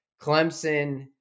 Clemson